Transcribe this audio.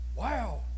Wow